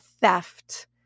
theft